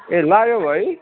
ए लगायौ है